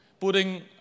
putting